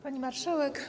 Pani Marszałek!